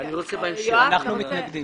אנחנו מתנגדים.